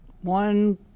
one